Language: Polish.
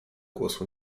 głosu